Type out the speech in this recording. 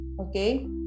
okay